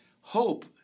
hope